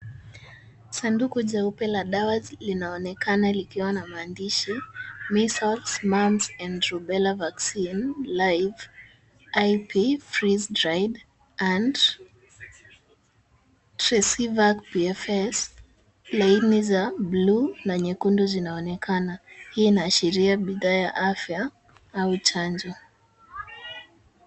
Sanduku jeupe la dawa linaonekana likiwa na maandishi, measles, mumps and rubella vaccine, live, IP, freeze-dried and Tresivac PFS . Laini za bluu na nyekundu zinaonekana. Hii inaashiria bidhaa ya afya au chanjo.